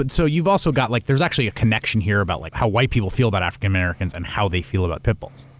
and so you've also got, like there's actually a connection here about like how white people feel about african-americans and how they feel about pit bulls.